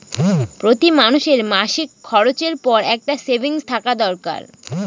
প্রতি মানুষের মাসিক খরচের পর একটা সেভিংস থাকা দরকার